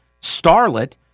starlet